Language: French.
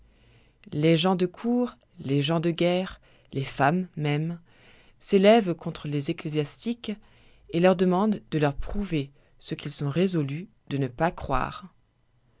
les gens de cour les gens de guerre les femmes mêmes s'élèvent contre les ecclésiastiques et leur demandent de leur prouver ce qu'ils sont résolus de ne pas croire